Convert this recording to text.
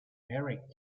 very